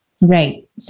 Right